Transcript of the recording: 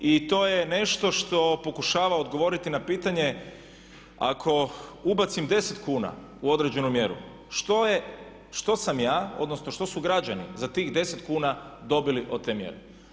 I to je nešto što pokušava odgovoriti na pitanje ako ubacim 10 kuna u određenu mjeru što sam ja, odnosno što su građani za tih 10 kuna dobili od te mjere.